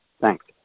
Thanks